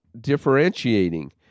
differentiating